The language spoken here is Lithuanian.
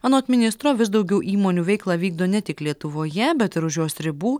anot ministro vis daugiau įmonių veiklą vykdo ne tik lietuvoje bet ir už jos ribų